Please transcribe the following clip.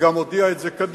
וגם הודיעה את זה קדימה,